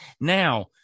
Now